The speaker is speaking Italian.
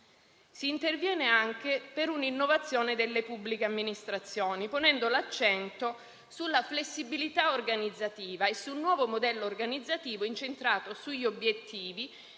Si interviene anche per un'innovazione delle pubbliche amministrazioni ponendo l'accento sulla flessibilità organizzativa e sul nuovo modello organizzativo incentrato sugli obiettivi,